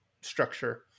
structure